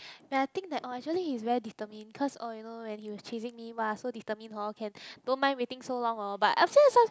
when I think that orh actually he's very determined cause oh you know when he was chasing me !wah! so determined hor can don't mind waiting so long hor but after that subs~